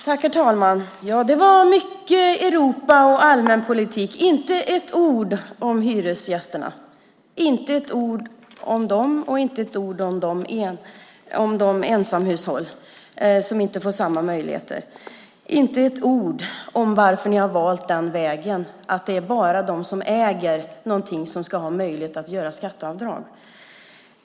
Herr talman! Det var mycket Europa och allmänpolitik, men inte ett ord om hyresgästerna och inte ett ord om de ensamhushåll som inte får samma möjligheter som de hushåll där två personer står som ägare till en fastighet. Det var inte ett ord om varför ni har valt den vägen att det är bara de som äger sin bostad som ska ha möjlighet att göra skatteavdrag.